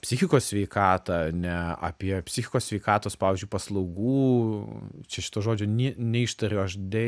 psichikos sveikatą ane apie psichikos sveikatos pavyzdžiui paslaugų čia šito žodžio ne neištariu aš de